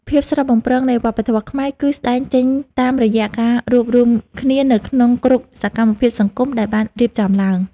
ភាពស្រស់បំព្រងនៃវប្បធម៌ខ្មែរ គឺស្តែងចេញតាមរយៈការរួបរួមគ្នានៅក្នុងគ្រប់សកម្មភាពសង្គមដែលបានរៀបចំឡើង។